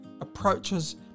approaches